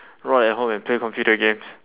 rot at home and play computer games